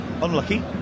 Unlucky